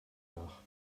nach